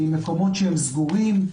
ממקומות שהם סגורים,